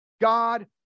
God